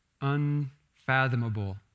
unfathomable